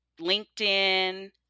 LinkedIn